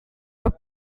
but